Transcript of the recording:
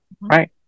Right